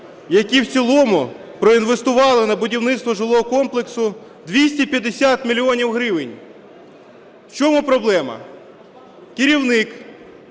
які в цілому проінвестували на будівництво жилого комплексу 250 мільйонів гривень. В чому проблема? Керівник